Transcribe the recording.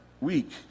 week